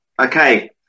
Okay